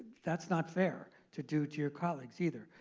that's not fair to do to your colleagues either.